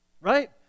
right